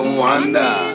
wonder